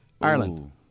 Ireland